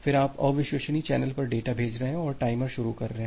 फिर आप अविश्वसनीय चैनल पर डेटा भेज रहे हैं और टाइमर शुरू कर रहे हैं